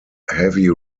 heavy